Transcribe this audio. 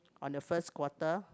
on the first quarter